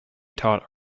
taught